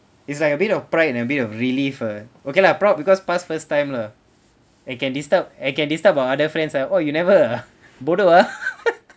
it's like a bit of pride and a bit of relief uh okay lah proud because pass first time lah and can disturb and can disturb on other friends ah oh you never uh bodoh ah